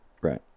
Right